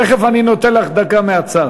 תכף אני נותן לך דקה מהצד.